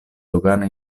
dogana